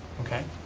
okay.